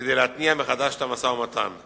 כדי להתניע מחדש את המשא-ומתן?